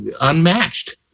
unmatched